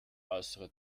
äußere